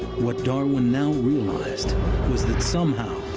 what darwin now realized was that somehow,